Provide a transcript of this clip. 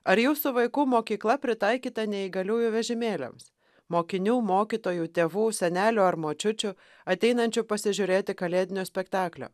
ar jūsų vaikų mokykla pritaikyta neįgaliųjų vežimėliams mokinių mokytojų tėvų senelių ar močiučių ateinančių pasižiūrėti kalėdinio spektaklio